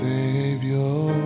Savior